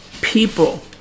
people